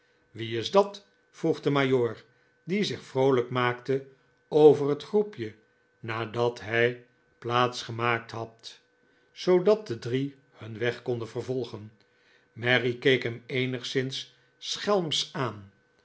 wie is dat vroeg de majoor die zich vroolijk maakte over het groepje nadat hij plaats gemaakt had zoodat de drie hun weg konden vervolgen mary keek hem eenigszins schelmsch aan